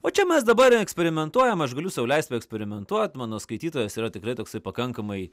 o čia mes dabar eksperimentuojam aš galiu sau leist paeksperimentuot mano skaitytojas yra tikrai toksai pakankamai